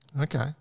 Okay